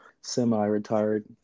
semi-retired